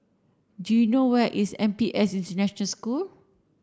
do you know where is N P S International School